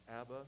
Abba